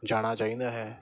ਜਾਣਾ ਚਾਹੀਦਾ ਹੈ